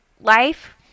life